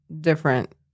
different